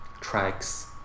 tracks